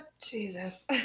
Jesus